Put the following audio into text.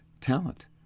talent